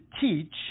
teach